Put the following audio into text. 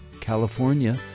California